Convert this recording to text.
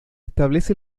establece